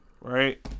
right